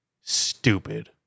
Stupid